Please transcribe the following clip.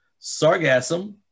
sargassum